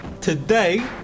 Today